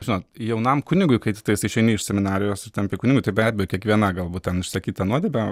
žinot jaunam kunigui kai tiktais išeini iš seminarijos ir tampi kunigu tai be abejo kiekviena galbūt ten išsakyta nuodėmė